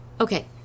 Okay